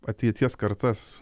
ateities kartas